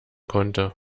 konnte